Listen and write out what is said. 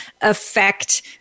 affect